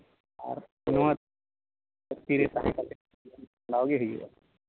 ᱟᱨ ᱱᱚᱣᱟ ᱫᱷᱟᱹᱨᱛᱤ ᱨᱮ ᱛᱟᱦᱮᱸ ᱠᱟᱛᱮ ᱵᱟᱲᱟᱭ ᱜᱮ ᱦᱩᱭᱩᱜᱼᱟ